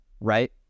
right